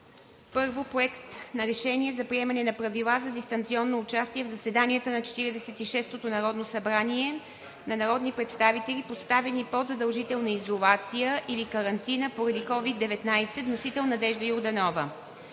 „1. Проект на решение за приемане на Правила за дистанционно участие в заседанията на Четиридесет и шестото народно събрание на народни представители, поставени под задължителна изолация или карантина поради COVID-19. Вносител – Надежда Йорданова.